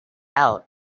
out